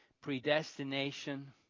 predestination